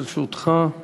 לרשותך שלוש דקות.